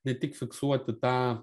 ne tik fiksuoti tą